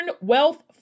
Wealth